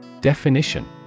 Definition